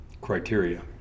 criteria